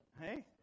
hey